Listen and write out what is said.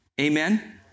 Amen